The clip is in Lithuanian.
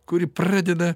kuri pradeda